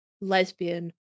lesbian